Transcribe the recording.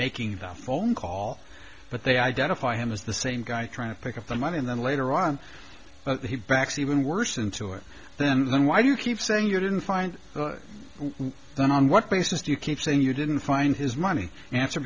making a phone call but they identify him as the same guy trying to pick up the money and then later on he backs even worse into it then why do you keep saying you didn't find them on what basis do you keep saying you didn't find his money answer